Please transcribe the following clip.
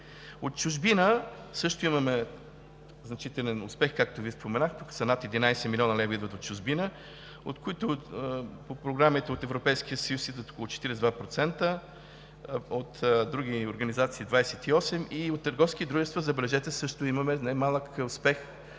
От чужбина също имаме значителен успех – както Ви споменах, над 11 млн. лв. идват от чужбина, от които по програмите от Европейския съюз идват около 42%, от други организации – 28, и от търговски дружества, забележете, също имаме немалък успех